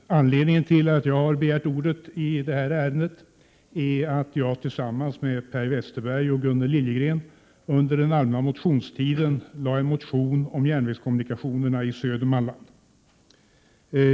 Herr talman! Anledningen till att jag har begärt ordet i detta ärende är att jag tillsammans med Per Westerberg och Gunnel Liljegren under den allmänna motionstiden väckte en motion om järnvägskommunikationerna i Södermanland.